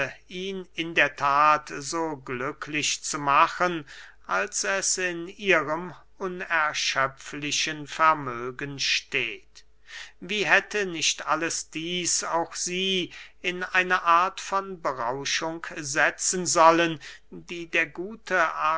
ihn in der that so glücklich zu machen als es in ihrem unerschöpflichen vermögen steht wie hätte nicht alles dieß auch sie in eine art von berauschung setzen sollen die der gute